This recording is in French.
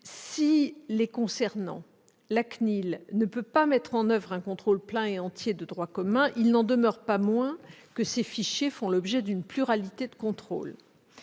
Si, les concernant, la CNIL ne peut pas effectuer un contrôle plein et entier de droit commun, il n'en demeure pas moins que ces fichiers font déjà l'objet d'une pluralité de contrôles.